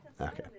Okay